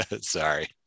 Sorry